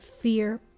fear